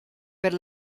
per